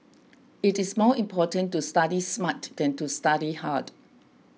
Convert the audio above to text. it is more important to study smart than to study hard